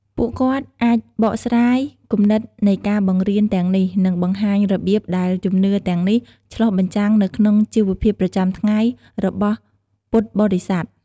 ពួកគាត់អាចបកស្រាយ គំនិតនៃការបង្រៀន ទាំងនេះ និងបង្ហាញ របៀបដែលជំនឿទាំងនេះឆ្លុះបញ្ចាំងនៅក្នុងជីវភាពប្រចាំថ្ងៃ របស់ពុទ្ធបរិស័ទ។